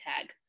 tag